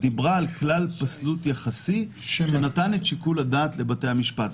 דיברה על כלל פסלות יחסי שנותן את שיקול הדעת לבתי המשפט.